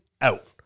out